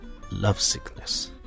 lovesickness